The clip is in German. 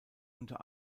unter